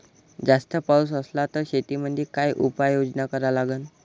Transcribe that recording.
जास्त पाऊस असला त शेतीमंदी काय उपाययोजना करा लागन?